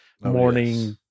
morning